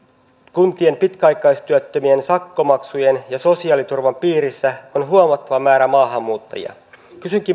kuntien pitkäaikaistyöttömien sakkomaksujen ja sosiaaliturvan piirissä on huomattava määrä maahanmuuttajia kysynkin